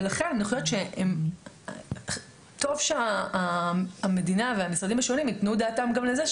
ולכן אני חושבת שטוב שהמדינה והמשרדים השונים ייתנו דעתם גם לזה,